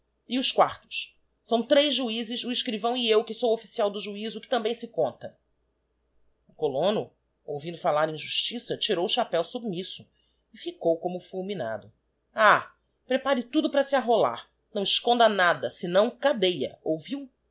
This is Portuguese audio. e os quartos são três juizes o escrivão e eu que sou o official do juizo que também se conta o colono ouvindo falar em justiça tirou o chapéu submisso e ficou como fulminado ah prepare tudo para se arrolar não esconda nada sinão cadeia ouviu